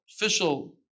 official